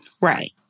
Right